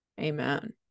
amen